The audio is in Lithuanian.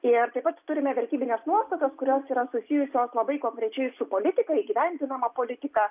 ir taip pat turime vertybines nuostatas kurios yra susijusios labai konkrečiai su politika įgyvendinama politika